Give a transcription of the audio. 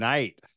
Night